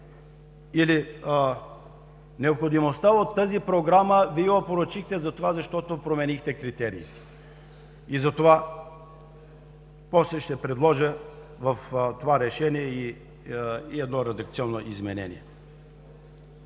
необходимостта от тази Програма, защото променихте критериите и затова после ще предложа в това решение и едно редакционно изменение.